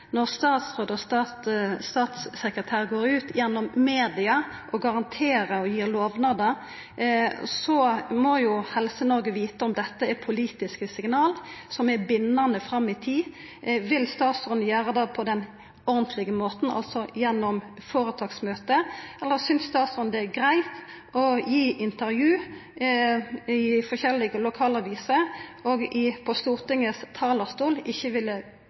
Når statsråd og statssekretær går ut i media og garanterer og gir lovnader, må Helse-Noreg vita om dette er politiske signal som er bindande fram i tid. Vil statsråden gjera det på den ordentlege måten, altså gjennom føretaksmøte, eller synest statsråden det er greitt å gi intervju i forskjellige lokalaviser – og frå Stortingets talarstol ikkje